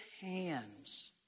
hands